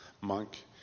monk